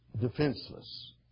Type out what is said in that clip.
defenseless